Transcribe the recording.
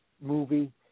movie